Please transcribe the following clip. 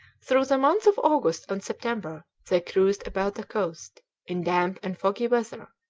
through the months of august and september they cruised about the coast in damp and foggy weather,